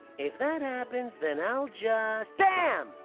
if that happens. then i'll just. bam!